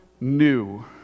new